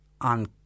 on